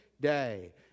day